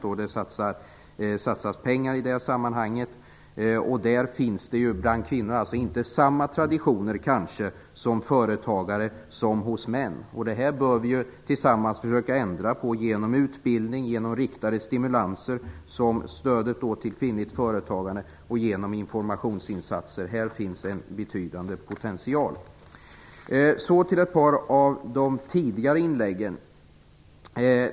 På detta satsas pengar. Hos kvinnliga företagare finns kanske inte samma traditioner som hos män. Detta bör vi tillsammans försöka ändra på genom utbildning, riktade stimulanser som stödet till kvinnligt företagande och genom informationsinsatser. Här finns en betydande potential. Så till ett par av de tidigare inläggen.